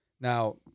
now